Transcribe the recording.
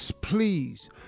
please